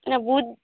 না বুদ